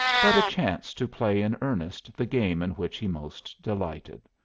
but a chance to play in earnest the game in which he most delighted.